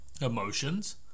emotions